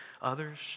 others